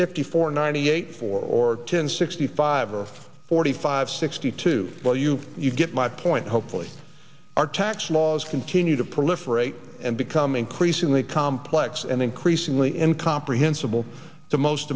fifty four ninety eight four or ten sixty five or forty five sixty two well you you get my point hopefully our tax laws continue to proliferate and become increasingly complex and increasingly in comprehensible to most